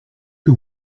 que